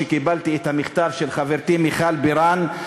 כשקיבלתי את המכתב של חברתי מיכל בירן,